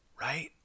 Right